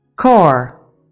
core